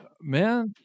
man